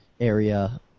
area